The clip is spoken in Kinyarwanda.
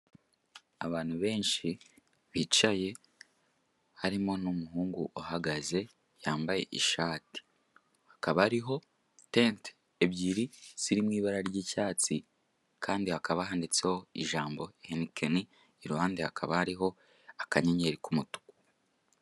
Abantu benshi bicaye harimo n'umuhungu uhangaze yambaye ishati, hakaba hariho tente ebyiri ziri mu ibara ry'icyatsi, kandi hakaba handitseho ijambo henikeni iruhande hakaba hariho akanyenyeri k'umutuku.